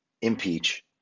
impeach